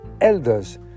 elders